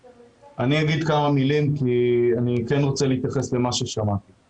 אני אגיד כמה מילים כי אני כן רוצה להתייחס למה ששמעתי.